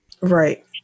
Right